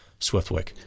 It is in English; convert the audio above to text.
Swiftwick